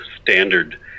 standard